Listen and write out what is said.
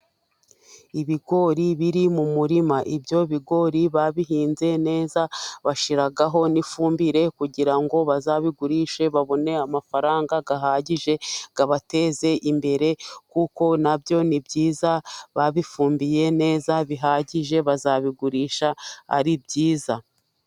Ibigori biri mu murima, ibyo bigori babihinze neza bashiraho n'ifumbire, kugira ngo bazabigurishe babone amafaranga ahagije abateze imbere, kuko na byo ni byiza babifumbiye neza bihagije, bazabigurisha ari byiza.